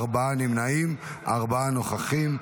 ארבעה נמנעים, ארבעה נוכחים.